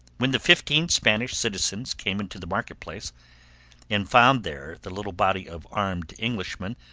when the fifteen spanish citizens came into the market-place and found there the little body of armed englishmen,